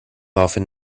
often